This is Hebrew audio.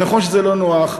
ונכון שזה לא נוח,